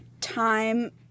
time